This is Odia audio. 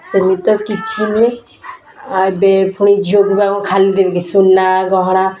ସେମିତି ତ କିଛି ନୁହେଁ ଆଉ ଏବେ ପୁଣି ଝିଅକୁ ବା କଣ ଖାଲି ଦେବେ କି ସୁନା ଗହଣା